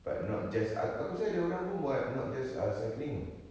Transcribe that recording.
but not just ak~ aku rasa ada orang pun buat not just err cycling tahu